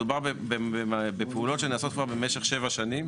מדובר בפעולות שנעשות כבר במשך שבע שנים,